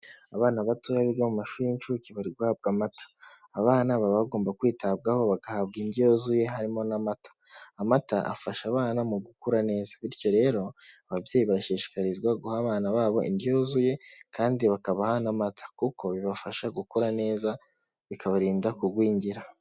Abana batoya biga mu mashuri y'incuke bari guhabwa amata abana baba bagomba kwitabwaho bagahabwa indyo yuzuye harimo n'amata amata afasha abana mu gukura neza bityo rero ababyeyi bashishikarizwa guha abana babo indyo yuzuye kandi bakabaha n'amata kuko bibafasha gukora neza bikabarinda kugwingira.